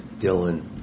Dylan